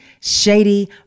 shady